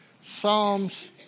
Psalms